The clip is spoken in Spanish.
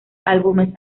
álbumes